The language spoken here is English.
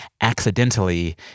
accidentally